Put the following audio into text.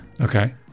Okay